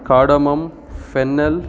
cardamom fennel